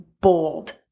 bold